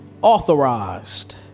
authorized